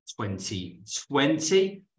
2020